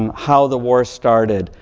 um how the war started,